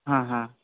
ಹಾಂ ಹಾಂ